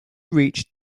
reach